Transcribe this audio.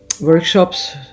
workshops